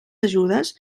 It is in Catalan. ajudes